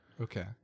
okay